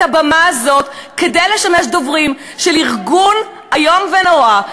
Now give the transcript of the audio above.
הבמה הזאת כדי לשמש דוברים של ארגון איום ונורא,